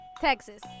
Texas